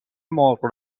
مرغ